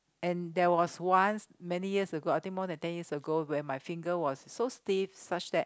and there was once many years ago I think more than tens years ago where my finger was so stiff such that